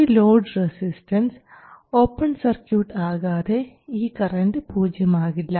ഈ load resistance open circuit ആകാതെ ആ കറൻറ് പൂജ്യമാകില്ല